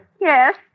Yes